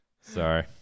Sorry